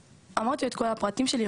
אמרתי לו את כל הפרטים שלי,